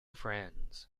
friends